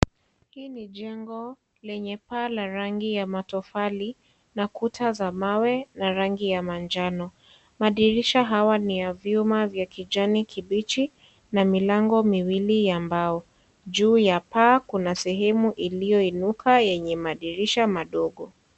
Hii ni jengo lenye paa na rangi ya matofali na kuta za mawe na rangi ya manjano, madirisha hawa ni ya vyuma vya kijani kibichi na milango miwili ya mbao. Juu ya paa kuna sehemu iliyoinuka yenye madirisha madogo .